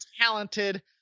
talented